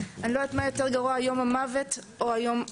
אני לא יודעת מה היה יותר גרוע - האם יום המוות או היום הזה.